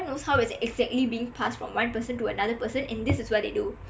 knows how it's exactly being passed from one person to another person and this is what they do